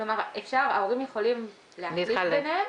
ההורים יכולים להחליף ביניהם,